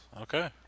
Okay